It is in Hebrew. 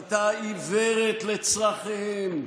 שהייתה עיוורת לצורכיהם,